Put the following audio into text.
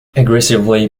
aggressively